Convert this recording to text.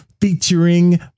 featuring